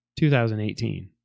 2018